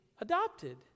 adopted